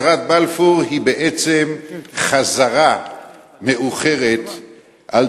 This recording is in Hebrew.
הצהרת בלפור היא בעצם חזרה מאוחרת על